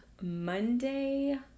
Monday